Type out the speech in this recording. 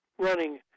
running